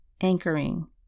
anchoring